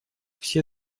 все